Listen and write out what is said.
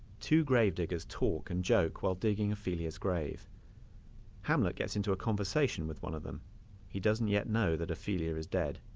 two grave diggers talk and joke while digging ophelia's grave hamlet gets into a conversation with one of them he doesn't yet know that ophelia is dead